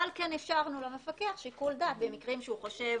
אבל כן השארנו למפקח שיקול דעת במקרים שבהם הוא חושב